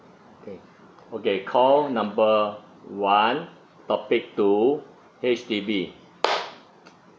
okay okay call number one topic two H_D_B